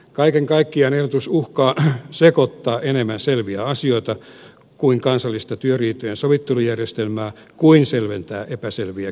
kaiken kaikkiaan ehdotus uhkaa enemmän sekoittaa selviä asioita kuten kansallista työriitojen sovittelujärjestelmää kuin selventää epäselviä kysymyksiä